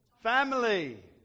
Family